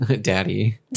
Daddy